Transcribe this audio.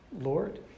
Lord